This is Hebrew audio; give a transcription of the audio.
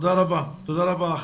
תודה רבה.